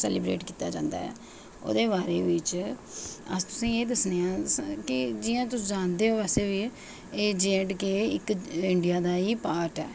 celebrate कीता जंदा ऐ ओह्दे बारै बेच अस तुसेंई एह् दस्सनें आं की जि'यां तुस जानदे ओ अस एह् जे ऐड़ के इक इंड़िया दा एह् पार्ट ऐ